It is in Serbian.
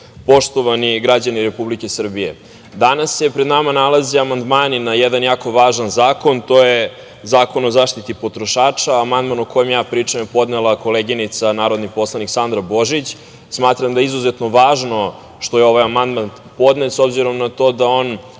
poštovani građani Republike Srbije, danas se pred nama nalaze amandmani na jedan jako važan zakon. To je Zakon o zaštiti potrošača. Amandman o kojem ja pričam je podnela koleginica Sandra Božić. Smatram da je izuzetno važno što je ovaj amandman podnet, s obzirom da on